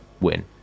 win